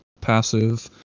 passive